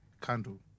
candle